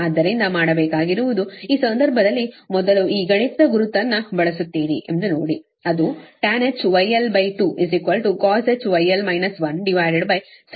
ಆದ್ದರಿಂದ ಮಾಡಬೇಕಾಗಿರುವುದು ಈ ಸಂದರ್ಭದಲ್ಲಿ ಮೊದಲು ಈ ಗಣಿತದ ಗುರುತನ್ನು ಬಳಸುತ್ತೀರಿ ಎಂದು ನೋಡಿ ಅದು tanh γl2 cosh γl 1 γl